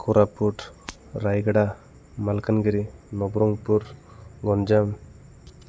Koraput Rayagada Malkangiri Nabarangpur Ganjam